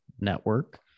network